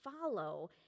follow